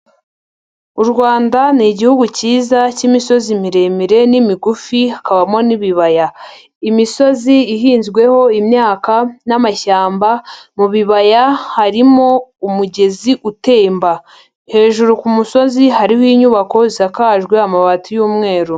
U Rwanda ni igihugu cyiza cy'imisozi miremire n'imigufi hakabamo n'ibibaya, imisozi ihinzweho imyaka n'amashyamba, mu bibaya harimo umugezi utemba, hejuru ku musozi hariho inyubako zisakajwe amabati y'umweru.